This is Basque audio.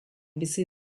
bizi